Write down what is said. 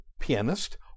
pianist